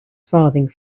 farthing